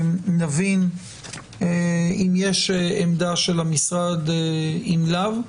נבין אם יש עמדה של המשרד, אם לאו.